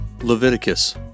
Leviticus